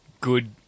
good